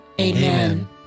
Amen